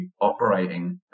operating